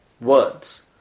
words